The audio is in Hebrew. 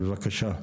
בבקשה.